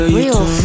Real